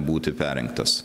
būti perrinktas